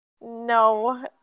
No